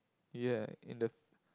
ya in the